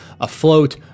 afloat